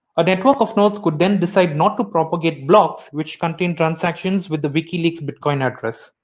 a network of nodes could then decide not to propagate blocks which contain transactions with the wikileaks bitcoin address.